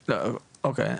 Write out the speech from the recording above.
אוקיי.